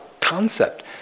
concept